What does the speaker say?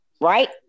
Right